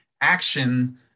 action